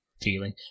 feeling